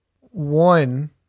one